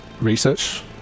research